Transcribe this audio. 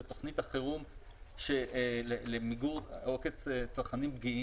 בתוכנית החירום למיגור עוקץ צרכנים פגיעים,